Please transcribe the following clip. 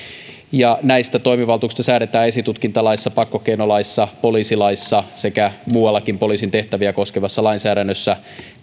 näistä toimivaltuuksista säädetään esitutkintalaissa pakkokeinolaissa poliisilaissa sekä muuallakin poliisin tehtäviä koskevassa lainsäädännössä